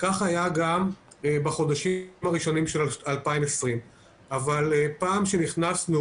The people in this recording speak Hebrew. כך היה גם בחודשים הראשונים של 2020. אבל פעם שנכנסנו